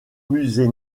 musée